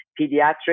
pediatric